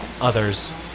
others